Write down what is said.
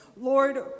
Lord